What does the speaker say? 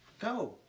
Go